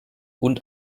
und